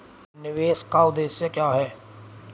निवेश का उद्देश्य क्या है?